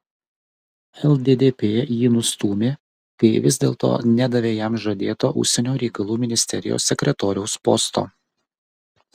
lddp jį nustūmė kai vis dėlto nedavė jam žadėto užsienio reikalų ministerijos sekretoriaus posto